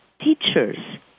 teachers